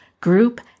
group